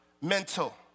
mental